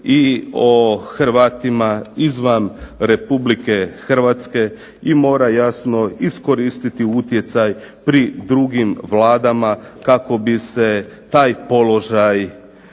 i o Hrvatima izvan RH i mora jasno iskoristiti utjecaj pri drugim vladama kako bi se taj položaj